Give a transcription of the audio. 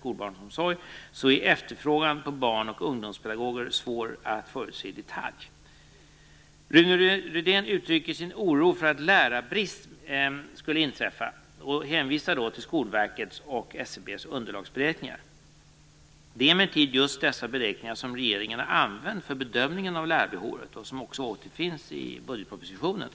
och barnomsorg är efterfrågan på barn och ungdomspedagoger svår att förutse i detalj. Rune Rydén uttrycker sin oro för att lärarbrist skulle inträffa och hänvisar till Skolverkets och SCB:s underlagsberäkningar. Det är emellertid just dessa beräkningar som regeringen har använt för bedömningen av lärarbehovet och som även återfinns i budgetpropositionen.